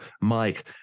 Mike